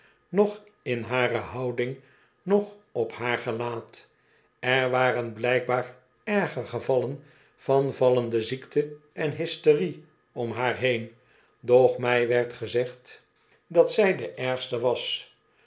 noch in hare houding noch op haar gelaat er waren blijkbaar erger gevallen van vallende ziekte en hysterie om haar heen doch mij werd gezegd dat zij de ergste was